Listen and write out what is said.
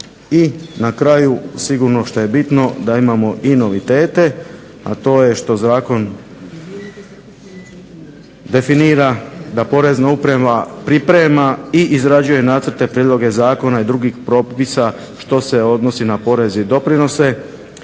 I na kraju sigurno što je bitno, da imamo i novitete, a to je zakon definira da Porezna uprava priprema i izrađuje nacrte, prijedloge zakona i drugih propisa što se odnosi na poreze i doprinose